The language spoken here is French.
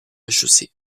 chaussée